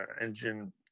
engine